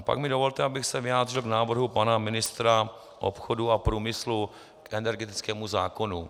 Pak mi dovolte, abych se vyjádřil k návrhu pana ministra obchodu a průmyslu k energetickému zákonu.